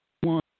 one